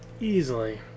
Easily